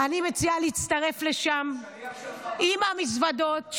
אני מציעה להצטרף לשם עם המזוודות.